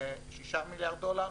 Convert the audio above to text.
6 מיליארד דולר,